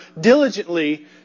diligently